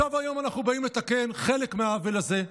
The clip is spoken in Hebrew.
עכשיו, היום, אנחנו באים לתקן חלק מהעוול הזה,